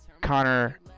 Connor